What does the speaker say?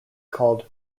called